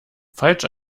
falsch